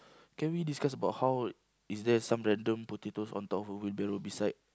can we discuss about how is there some random potatoes on top of a wheelbarrow beside